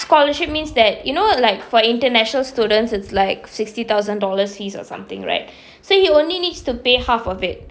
scholarship means that you know like for international students it's like sixty thousand dollars fees something right so he only needs to pay half of it